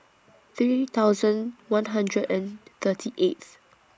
three thousand one hundred and thirty eighth